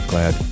Glad